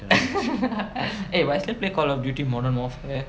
eh but I still play call of duty modern warfare